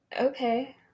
okay